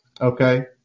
Okay